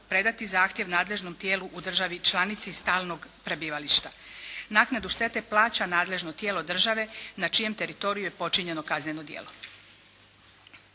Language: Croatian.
predati zahtjev nadležnom tijelu u državi članici stalnog prebivališta. Naknadu štete plaća nadležno tijelo države na čijem teritoriju je počinjeno kazneno djelo.